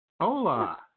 hola